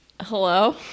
Hello